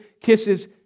kisses